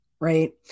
right